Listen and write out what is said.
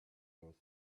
earth